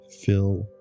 fill